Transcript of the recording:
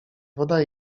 woda